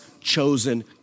chosen